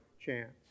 chance